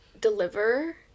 deliver